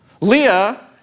Leah